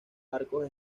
arcos